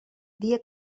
dia